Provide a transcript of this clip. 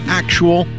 actual